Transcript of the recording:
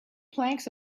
planks